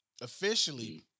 officially